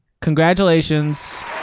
Congratulations